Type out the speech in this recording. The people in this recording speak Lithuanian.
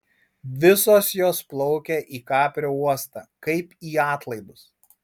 visos jos plaukia į kaprio uostą kaip į atlaidus